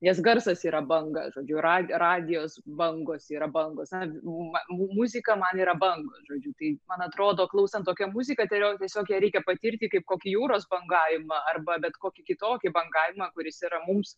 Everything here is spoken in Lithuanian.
nes garsas yra banga žodžiu radijo radijas bangos yra bangos na muzika man yra bangos žodžiu tai man atrodo klausant tokią muziką geriau tiesiog ją reikia patirti kaip kokį jūros bangavimą arba bet kokį kitokį bangavimą kuris yra mums